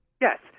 Yes